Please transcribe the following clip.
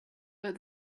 but